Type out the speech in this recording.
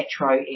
metro